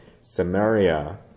Samaria